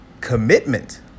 commitment